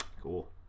Cool